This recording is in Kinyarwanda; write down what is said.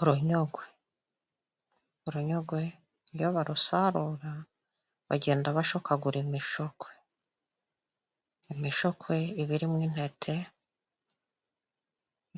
Urunyogwe. Urunyogwe iyo barusarura, bagenda bashokagura imishokwe. Imishokwe iba irimo intete,